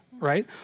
Right